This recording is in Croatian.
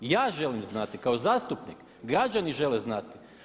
Ja želim znati kao zastupnik, građani žele znati.